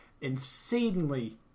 insanely